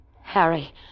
Harry